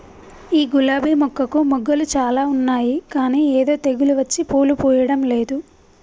ఈ గులాబీ మొక్కకు మొగ్గలు చాల ఉన్నాయి కానీ ఏదో తెగులు వచ్చి పూలు పూయడంలేదు